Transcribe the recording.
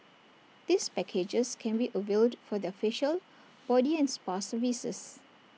these packages can be availed for their facial body and spa services